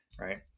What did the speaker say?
right